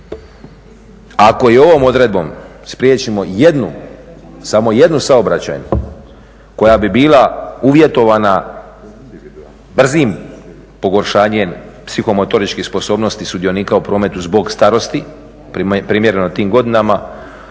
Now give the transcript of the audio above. Ako i ovom odredbom spriječimo jednu samo jednu saobraćajnu koja bi bila uvjetovana brzim pogoršanjem psihomotoričkih sposobnosti sudionika u prometu zbog starosti primjereno tim godinama